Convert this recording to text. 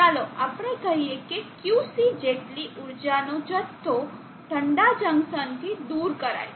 ચાલો આપણે કહીએ કે Qc જેટલી ઊર્જાનો જથ્થો ઠંડા જંકશનથી દૂર કરાય છે